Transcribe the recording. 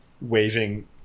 waving